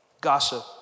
gossip